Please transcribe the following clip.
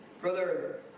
Brother